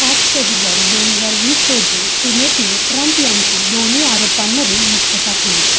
पाच फेब्रुवारी दोन हजार वीस रोजी सिनेटने ट्रंप यांची दोन्ही आरोपांमधून मुक्तता केली